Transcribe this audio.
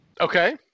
Okay